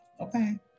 Okay